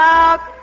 out